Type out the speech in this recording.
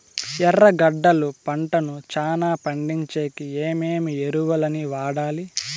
ఎర్రగడ్డలు పంటను చానా పండించేకి ఏమేమి ఎరువులని వాడాలి?